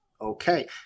okay